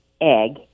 egg